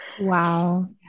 Wow